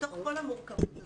בתוך כל המורכבות הזו,